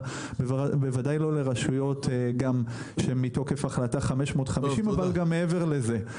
בוודאי לא לרשויות גם שמתוקף החלטה 550 אבל גם מעבר לזה.